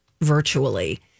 virtually